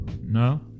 No